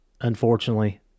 Unfortunately